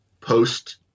post